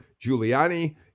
Giuliani